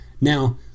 Now